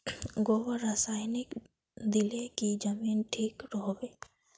गोबर रासायनिक दिले की जमीन ठिक रोहबे?